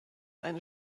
eine